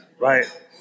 right